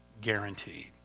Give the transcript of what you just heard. Guaranteed